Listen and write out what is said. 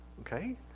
Okay